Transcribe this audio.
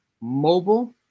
mobile